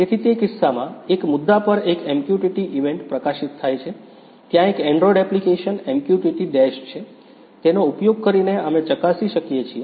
તેથી તે કિસ્સામાં એક મુદ્દા પર એક MQTT ઇવેન્ટ પ્રકાશિત થાય છે ત્યાં એક Android એપ્લિકેશન MQTT ડેશ છે તેનો ઉપયોગ કરીને અમે ચકાસી શકીએ છીએ